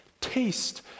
taste